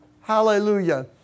hallelujah